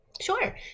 Sure